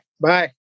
bye